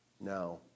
now